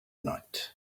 night